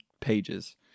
pages